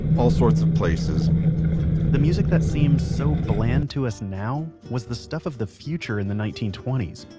all sorts of places the music that seems so bland to us now was the stuff of the future in the nineteen twenty s.